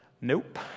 nope